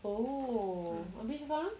oh habis sekarang